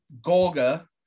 Golga